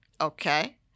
Okay